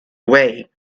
away